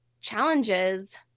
challenges